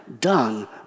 done